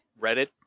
Reddit